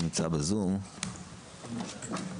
נמצא בזום, בבקשה.